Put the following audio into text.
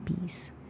peace